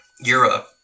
Europe